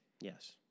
Yes